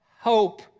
hope